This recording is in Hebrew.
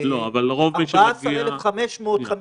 14,995